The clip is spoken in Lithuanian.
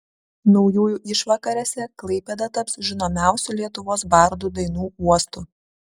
naujųjų išvakarėse klaipėda taps žinomiausių lietuvos bardų dainų uostu